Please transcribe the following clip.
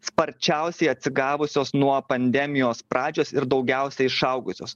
sparčiausiai atsigavusios nuo pandemijos pradžios ir daugiausiai išaugusios